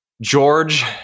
George